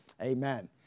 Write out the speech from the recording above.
Amen